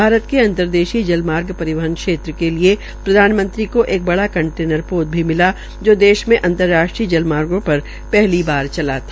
भारत के अंतर्देशीय जल मार्ग रिवहन क्षेत्र के लिए प्रधानमंत्री को एक बड़ा कंटेनर ोत की मिला जो देश में अंतराष्ट्रीय जल मार्गो र हली बार चला था